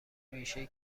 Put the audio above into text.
بیشهای